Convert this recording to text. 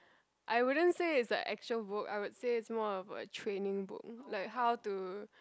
I wouldn't say it's a actual book I would say it's more of a training book like how to